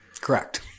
Correct